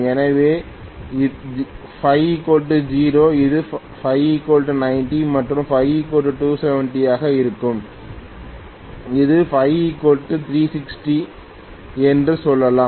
எனவே இது Ө 0 இது Ө 90 மற்றும் இது Ө 270 ஆக இருக்கும் இது Ө 360 என்று சொல்லலாம்